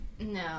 No